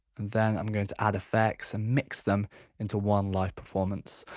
and then i'm going to add effects and mix them into one live performance.